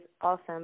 awesome